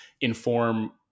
inform